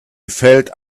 felt